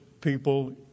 people